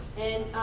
and